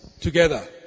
together